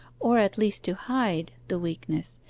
or at least to hide, the weakness,